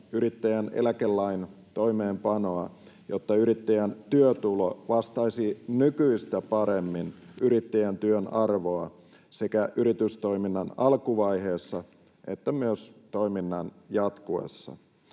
yrittäjän eläkelain toimeenpanoa, jotta yrittäjän työtulo vastaisi nykyistä paremmin yrittäjän työn arvoa sekä yritystoiminnan alkuvaiheessa että myös toiminnan jatkuessa,